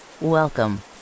welcome